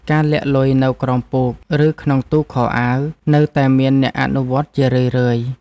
ការលាក់លុយនៅក្រោមពូក ឬក្នុងទូខោអាវ នៅតែមានអ្នកអនុវត្តជារឿយៗ។